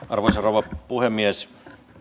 arvoisa rouva puhemies